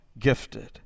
gifted